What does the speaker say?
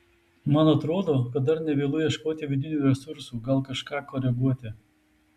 man atrodo kad dar ne vėlu ieškoti vidinių resursų gal kažką koreguoti